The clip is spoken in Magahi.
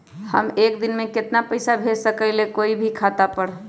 हम एक दिन में केतना पैसा भेज सकली ह कोई के खाता पर?